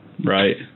Right